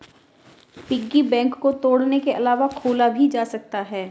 piggy bank को तोड़ने के अलावा खोला भी जा सकता है